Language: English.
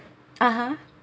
(uh huh)